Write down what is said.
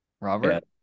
Robert